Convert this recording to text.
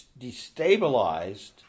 destabilized